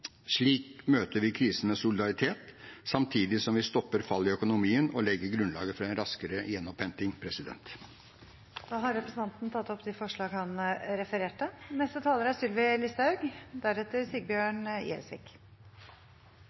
Slik møter vi krisen med solidaritet, samtidig som vi stopper fallet i økonomien og legger grunnlaget for en raskere gjenopphenting. Representanten Svein Roald Hansen har tatt opp de forslagene han refererte til. Da er